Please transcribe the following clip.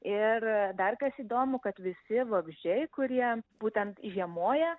ir dar kas įdomu kad visi vabzdžiai kurie būtent žiemoja